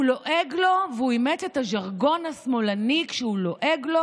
הוא לועג לו והוא אימץ את הז'רגון השמאלני כשהוא לועג לו.